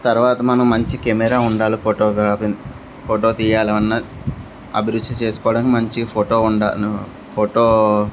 తర్వాత మనం మంచి కెమెరా ఉండాలి ఫోటోగ్రఫి ఫోటో తీయాలన్నా అభిరుచి చేసుకోవడానికి మంచి ఫోటో ఉండాలి ఫోటో